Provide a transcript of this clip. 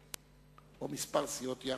או כמה סיעות יחד.